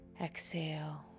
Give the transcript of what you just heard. exhale